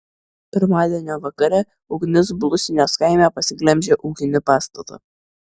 pirmadienio vakare ugnis blusinės kaime pasiglemžė ūkinį pastatą